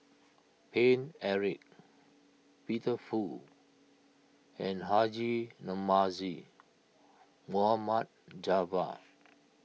Paine Eric Peter Fu and Haji Namazie Mohd Javad